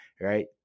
right